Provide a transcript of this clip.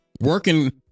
working